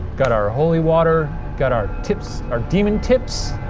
got our holy water, got our tips, our demon tips.